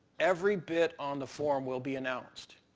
every bit on the form will be announced.